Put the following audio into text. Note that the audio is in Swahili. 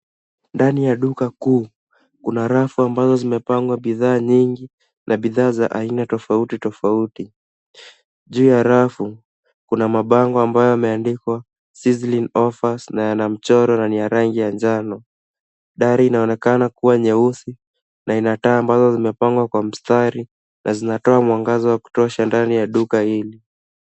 Ndani ya duka kuu, kuna rafu ambazo zimepangwa bidhaa nyingi na bidhaa za aina tofauti tofauti. Juu ya rafu, kuna mabango ambayo yameandikwa sizzling offers na yana mchoro na ni ya rangi ya njano. Dari inaonekana kuwa nyeusi na ina taa ambazo zimepangwa kwa mstari na zinatoa mwangaza wa kutosha ndani ya duka hili.